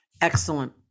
Excellent